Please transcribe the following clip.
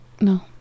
No